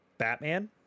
Batman